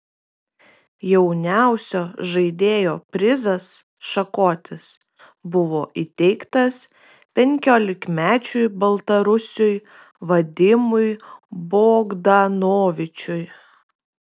jauniausio žaidėjo prizas šakotis buvo įteiktas penkiolikmečiui baltarusiui vadimui bogdanovičiui